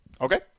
Okay